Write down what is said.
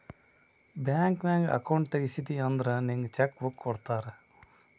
bank ನಾಗ್ account ತೆಗ್ಸಿದಿ ಅಂದುರ್ ನಿಂಗ್ ಚೆಕ್ ಬುಕ್ ಕೊಡ್ತಾರ್